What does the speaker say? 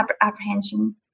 apprehension